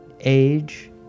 age